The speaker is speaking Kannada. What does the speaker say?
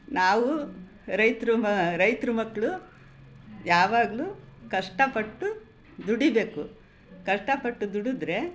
ನಾವು ರೈತರು ಮ ರೈತರು ಮಕ್ಕಳು ಯಾವಾಗಲೂ ಕಷ್ಟಪಟ್ಟು ದುಡಿಬೇಕು ಕಷ್ಟಪಟ್ಟು ದುಡಿದ್ರೆ